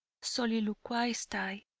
soliloquized i,